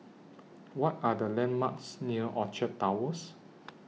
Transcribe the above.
What Are The landmarks near Orchard Towers